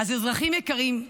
אז אזרחים יקרים,